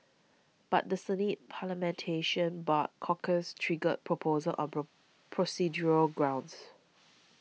but the Senate barred Corker's trigger proposal on pro procedural grounds